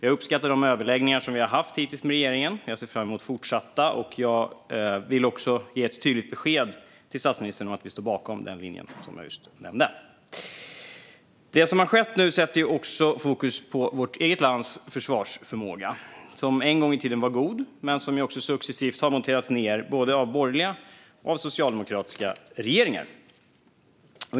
Jag uppskattar de överläggningar som vi hittills har haft med regeringen. Jag ser fram emot fortsatta sådana. Jag vill också ge ett tydligt besked till statsministern att vi står bakom den linje som jag nyss nämnde. Det som nu har skett sätter fokus på vårt eget lands försvarsförmåga. Den var en gång i tiden god men har successivt monterats ned av både borgerliga och socialdemokratiska regeringar.